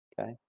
Okay